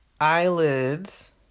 Eyelids